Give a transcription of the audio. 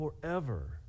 Forever